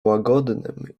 łagodnym